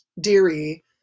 Deary